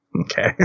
Okay